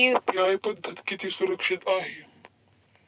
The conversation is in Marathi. यु.पी.आय पद्धत किती सुरक्षित आहे?